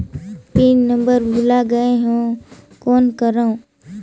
Pin number भुला गयें हो कौन करव?